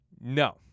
No